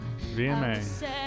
VMA